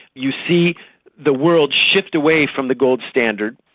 you see the world shift away from the gold standard,